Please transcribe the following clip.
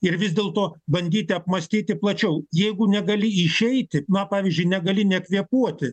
ir vis dėlto bandyti apmąstyti plačiau jeigu negali išeiti na pavyzdžiui negali nekvėpuoti